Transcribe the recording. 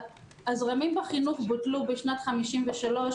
הזרמים בחינוך בוטלו בשנת 53',